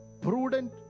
prudent